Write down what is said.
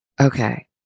Okay